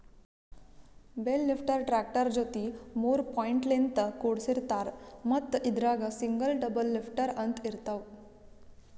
bale ಲಿಫ್ಟರ್ಗಾ tractor ಜೊತಿ ಮೂರ್ ಪಾಯಿಂಟ್ಲಿನ್ತ್ ಕುಡಸಿರ್ತಾರ್ ಮತ್ತ್ ಇದ್ರಾಗ್ ಸಿಂಗಲ್ ಡಬಲ್ ಲಿಫ್ಟರ್ ಅಂತ್ ಇರ್ತವ್